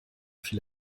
viel